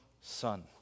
son